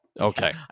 Okay